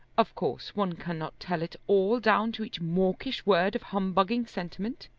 of course one cannot tell it all down to each mawkish word of humbugging sentiment.